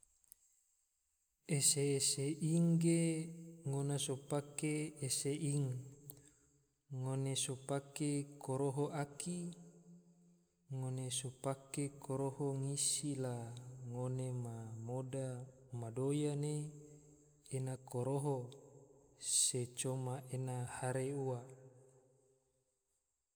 Ese-ese ing ge, ngone so pake ese ing, ngone so pake koroho aki, ngone so pake koroho ngisi la ngone na moda ma doya ne ena koroho, se coma ena hare ua